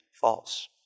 false